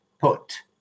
put